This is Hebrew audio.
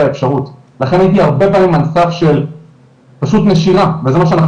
האפשרות ולכן הייתי הרבה פעמים על סף של פשוט נשירה וזה מה שאנחנו